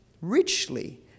richly